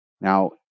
Now